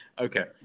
Okay